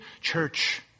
church